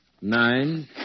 Nine